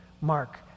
Mark